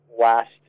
last